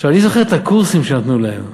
עכשיו, אני זוכר את הקורסים שנתנו להם,